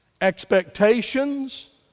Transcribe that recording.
expectations